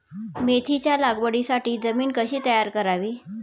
मेथीच्या लागवडीसाठी जमीन कशी तयार करावी?